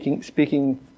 speaking